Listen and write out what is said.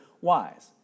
wise